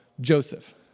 Joseph